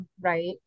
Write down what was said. Right